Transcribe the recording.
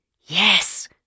Yes